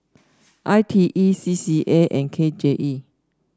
I T E C C A and K J E